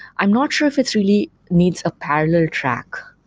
i'm not sure if it's really needs a parallel track.